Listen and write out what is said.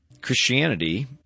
Christianity